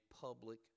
public